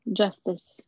justice